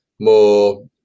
more